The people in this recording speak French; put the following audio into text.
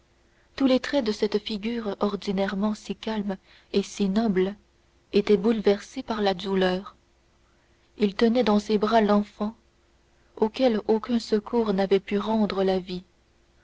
tous les traits de cette figure ordinairement si calme et si noble étaient bouleversés par la douleur il tenait dans ses bras l'enfant auquel aucun secours n'avait pu rendre la vie